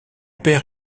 père